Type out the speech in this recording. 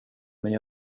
mig